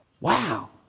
Wow